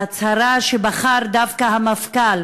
ההצהרה שבחר המפכ"ל